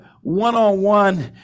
one-on-one